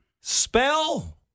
Spell